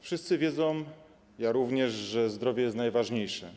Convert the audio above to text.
Wszyscy wiedzą, ja również, że zdrowie jest najważniejsze.